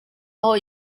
aho